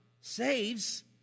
saves